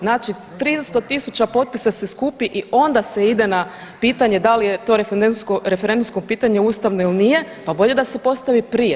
Znači 300 tisuća potpisa se skupi se i onda se ide na pitanje da li je to referendumsko pitanje ustavno ili nije, pa bolje da se postavi prije.